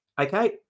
Okay